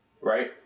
Right